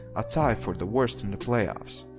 a tie for the worst in the playoffs.